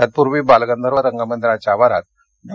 तत्पूर्वी बालगंधर्व रंगमंदिराच्या आवारात डॉ